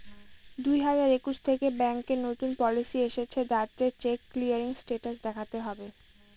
দুই হাজার একুশ থেকে ব্যাঙ্কে নতুন পলিসি এসেছে যাতে চেক ক্লিয়ারিং স্টেটাস দেখাতে হবে